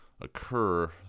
occur